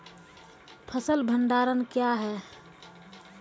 फसल भंडारण क्या हैं?